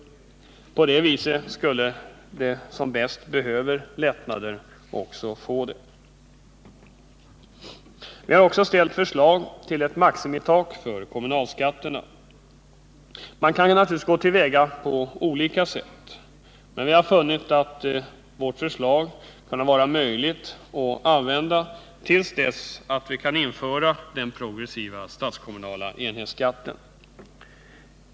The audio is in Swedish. På det viset skulle de som bäst behöver lättnader också få det. Vi har vidare lagt fram förslag om ett tak för kommunalskatterna. Man kan naturligtvis gå till väga på olika sätt, men vi har funnit vårt förslag vara möjligt att använda till dess att vi kan införa den progressiva statskommunala enhetsskatten.